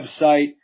website